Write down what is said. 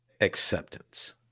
acceptance